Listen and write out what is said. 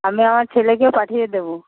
আমি আমার ছেলেকে পাঠিয়ে দেবো